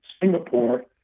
Singapore